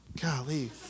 golly